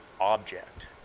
object